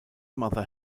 mother